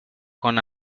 con